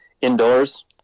indoors